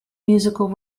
musical